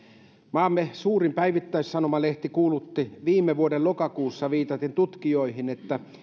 maamme suurin päivittäissanomalehti kuulutti viime vuoden lokakuussa viitaten tutkijoihin että